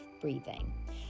breathing